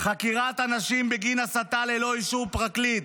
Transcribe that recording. חקירת אנשים בגין הסתה ללא אישור פרקליט,